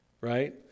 Right